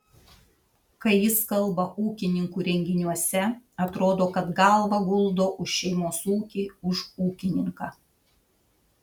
kai jis kalba ūkininkų renginiuose atrodo kad galvą guldo už šeimos ūkį už ūkininką